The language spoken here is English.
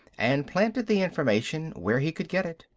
and planted the information where he could get it.